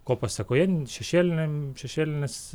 ko pasekoje šešėliniam šešėlinis